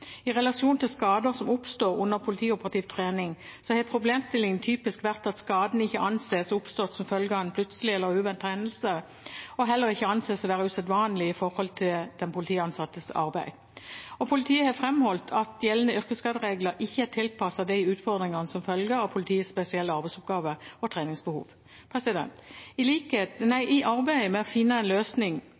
I relasjon til skader som oppstår under politioperativ trening, har problemstillingen typisk vært at skaden ikke anses oppstått som følge av en plutselig eller uventet hendelse og heller ikke anses å være usedvanlig i forhold til den politiansattes arbeid. Politiet har framholdt at gjeldende yrkesskaderegler ikke er tilpasset de utfordringer som følger av politiets spesielle arbeidsoppgaver og treningsbehov. I arbeidet med å finne en løsning